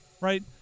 right